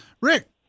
Rick